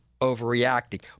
overreacting